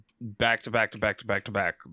back-to-back-to-back-to-back-to-back